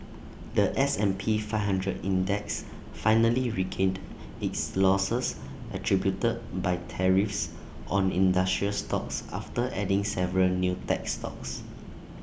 The S and P five hundred index finally regained its losses attributed by tariffs on industrial stocks after adding several new tech stocks